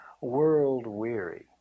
world-weary